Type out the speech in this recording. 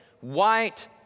white